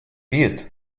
вид